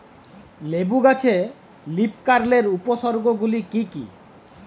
লেবু গাছে লীফকার্লের উপসর্গ গুলি কি কী?